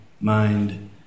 mind